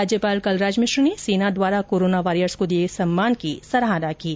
राज्यपाल कलराज मिश्र ने सेना द्वारा कोरोना वॉरियर्स को दिए गए सम्मान की सराहना की है